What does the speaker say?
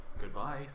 Goodbye